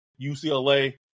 UCLA